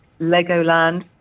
Legoland